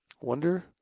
Wonder